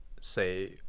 say